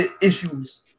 issues